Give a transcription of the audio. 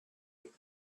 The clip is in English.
and